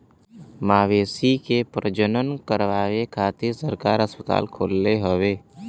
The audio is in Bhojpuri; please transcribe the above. मवेशी के प्रजनन करावे खातिर सरकार अस्पताल खोलले हउवे